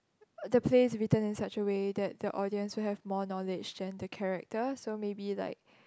the play written in such a way that the audience will have more knowledge than the character so maybe like